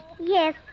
Yes